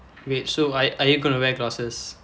wait so I are you gonna wear glasses